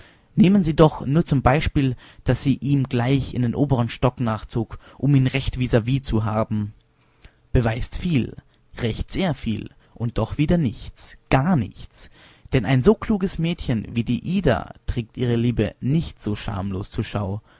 nehmen sie doch nur zum beispiel daß sie ihm gleich in den obern stock nachzog um ihn recht vis vis zu haben beweist viel recht sehr viel und doch wieder nichts gar nichts denn ein so kluges mädchen wie die ida trägt ihre liebe nicht so schamlos zur schau